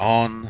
on